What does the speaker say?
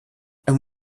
and